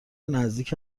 نزدیک